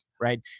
Right